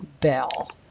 bell